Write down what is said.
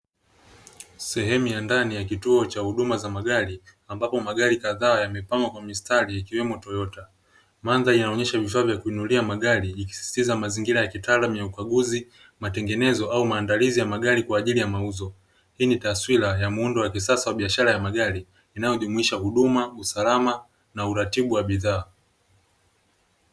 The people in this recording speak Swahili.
Sehemu ya ndani ya kituo cha huduma za magari ambapo magari kadhaa yamepangwa kwa mistari yakiwemo toyota. Mandhari inaonyesha vifaa vya kuinulia magari ikisisitiza mazingira ya kitaalamu ya ukaguzi, matengenezo au maandalizi ya magari kwaajili ya mauzo. Hii ni taswira ya muundo wa kisasa wa biashara ya magari inayojumuisha huduma, usalama na uratibu wa bidhaa.